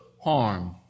harm